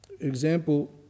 Example